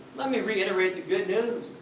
let me reiterate the good news